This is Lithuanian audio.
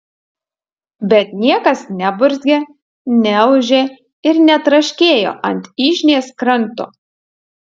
bet niekas neburzgė neūžė ir netraškėjo ant yžnės kranto